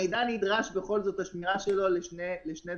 השמירה של המידע נדרשת בכל זאת לשני דברים.